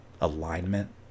alignment